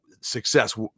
success